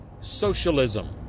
socialism